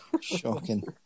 Shocking